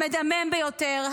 המדמם ביותר,